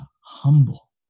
humble